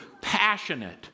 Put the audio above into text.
passionate